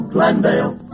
Glendale